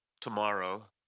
tomorrow